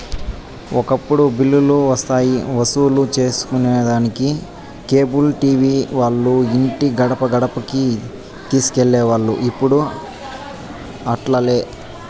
ఒకప్పుడు బిల్లులు వసూలు సేసుకొనేదానికి కేబుల్ టీవీ వాల్లు ఇంటి గడపగడపకీ తిరిగేవోల్లు, ఇప్పుడు అట్లాలే